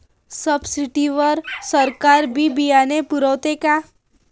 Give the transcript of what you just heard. Subsidy वर सरकार बी बियानं पुरवते का?